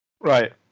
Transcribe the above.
Right